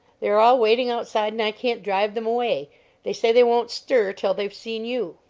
they are all waiting outside and i can't drive them away they say they won't stir till they've seen you.